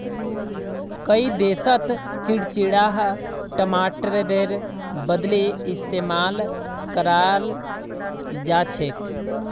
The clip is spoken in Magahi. कई देशत चिचिण्डा टमाटरेर बदली इस्तेमाल कराल जाछेक